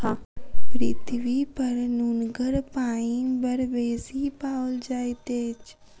पृथ्वीपर नुनगर पानि बड़ बेसी पाओल जाइत अछि